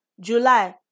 July